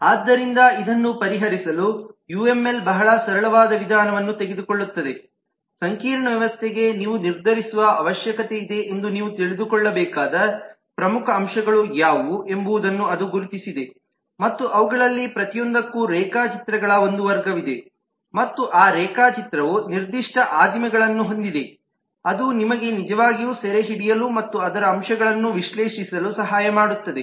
ಆದ್ದರಿಂದ ಇದನ್ನು ಪರಿಹರಿಸಲು ಯುಎಂಎಲ್ ಬಹಳ ಸರಳವಾದ ವಿಧಾನವನ್ನು ತೆಗೆದುಕೊಳ್ಳುತ್ತದೆ ಸಂಕೀರ್ಣ ವ್ಯವಸ್ಥೆಗೆ ನೀವು ನಿರ್ಧರಿಸುವ ಅವಶ್ಯಕತೆಯಿದೆ ಎಂದು ನೀವು ತಿಳಿದುಕೊಳ್ಳಬೇಕಾದ ಪ್ರಮುಖ ಅಂಶಗಳು ಯಾವುವು ಎಂಬುದನ್ನು ಅದು ಗುರುತಿಸಿದೆ ಮತ್ತು ಅವುಗಳಲ್ಲಿ ಪ್ರತಿಯೊಂದಕ್ಕೂ ರೇಖಾಚಿತ್ರಗಳ ಒಂದು ವರ್ಗವಿದೆ ಮತ್ತು ಆ ರೇಖಾಚಿತ್ರವು ನಿರ್ದಿಷ್ಟ ಆದಿಮಗಳನ್ನು ಹೊಂದಿದೆ ಅದು ನಿಮಗೆ ನಿಜವಾಗಿಯೂ ಸೆರೆಹಿಡಿಯಲು ಮತ್ತು ಅದರ ಅಂಶಗಳನ್ನು ವಿಶ್ಲೇಷಿಸಲು ಸಹಾಯ ಮಾಡುತ್ತದೆ